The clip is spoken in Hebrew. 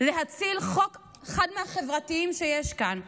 להציל חוק שהוא אחד החברתיים שיש כאן,